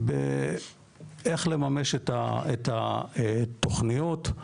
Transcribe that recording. איך לממש את התוכניות.